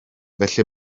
felly